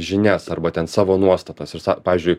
žinias arba ten savo nuostatas ir sa pavyzdžiui